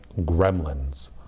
gremlins